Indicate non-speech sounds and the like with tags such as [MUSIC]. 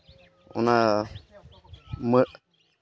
ᱚᱱᱟ [UNINTELLIGIBLE]